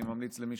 אני ממליץ למי